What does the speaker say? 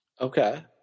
Okay